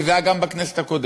שזה היה גם בכנסת הקודמת,